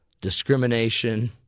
discrimination